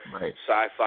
sci-fi